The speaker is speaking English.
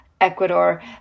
Ecuador